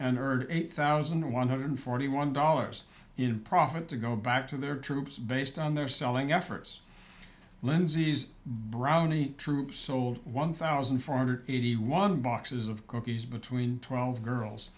and urge eight thousand one hundred forty one dollars in profit to go back to their troops based on their selling efforts lindsay's brownie troop sold one thousand four hundred eighty one boxes of cookies between twelve girls